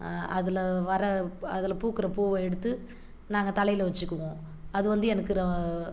அதில் வர அதில் பூக்கிற பூவை எடுத்து நாங்கள் தலையில் வச்சுக்குவோம் அது வந்து எனக்கு ரொ